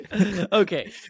Okay